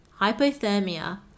hypothermia